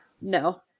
No